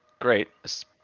Great